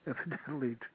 Evidently